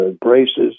braces